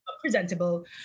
presentable